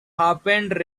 happened